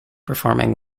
performing